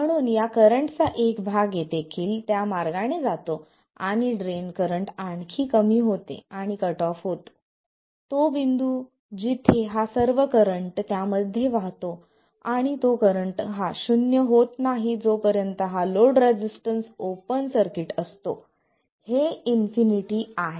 म्हणून या करंट चा एक भाग देखील त्या मार्गाने जातो आणि ड्रेन करंट आणखी कमी होतो आणि कट ऑफ होतो तो बिंदू जिथे हा सर्व करंट त्यामध्ये वाहतो आणि तो करंट हा शून्य होत नाही जोपर्यंत हा लोड रेसिस्टन्स ओपन सर्किट असतो हे इन्फिनिटी आहे